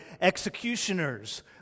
executioners